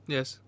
Yes